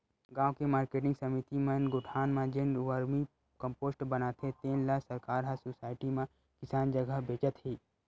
गाँव के मारकेटिंग समिति मन गोठान म जेन वरमी कम्पोस्ट बनाथे तेन ल सरकार ह सुसायटी म किसान जघा बेचत हे